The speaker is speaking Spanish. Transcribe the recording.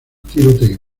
tiroteo